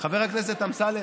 חבר הכנסת אמסלם,